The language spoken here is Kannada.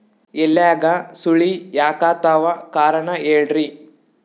ಎಲ್ಯಾಗ ಸುಳಿ ಯಾಕಾತ್ತಾವ ಕಾರಣ ಹೇಳ್ರಿ?